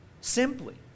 Simply